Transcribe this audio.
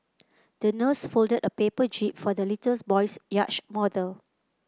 the nurse folded a paper jib for the little boy's yacht model